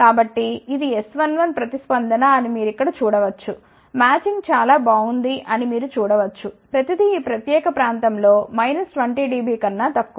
కాబట్టి ఇది S11 ప్రతిస్పందన అని మీరు ఇక్కడ చూడ వచ్చు మ్యాచింగ్ చాలా బాగుంది అని మీరు చూడ వచ్చు ప్రతి దీ ఈ ప్రత్యేక ప్రాంతం లో మైనస్ 20 dB కన్నా తక్కువ